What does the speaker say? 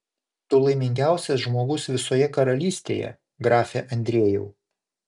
tu laimingiausias žmogus visoje karalystėje grafe andriejau